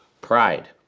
pride